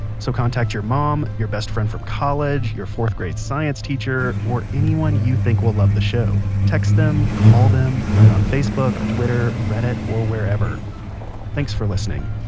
so contact your mom, your best friend from college, your fourth grade science teacher, or anyone you think will love the show. text them, call them, write on facebook, twitter, reddit or wherever thanks for listening